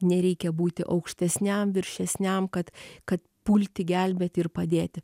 nereikia būti aukštesniam viršesniam kad kad pulti gelbėti ir padėti